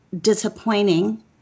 disappointing